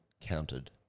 counted